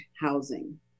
housing